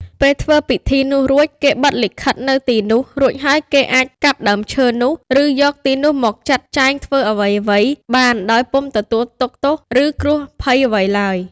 ពេលធ្វើពិធីនោះរួច គេបិទលិខិត នៅទីនោះ រួចហើយគេអាចកាប់ដើមឈើនោះ ឬ យកទីនោះមកចាត់ចែងធ្វើអ្វីៗ បានដោយពុំទទួលទុក្ខទោស ឬ គ្រោះភ័យអ្វីឡើយ។